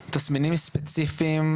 יש תסמינים ספציפיים,